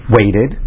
waited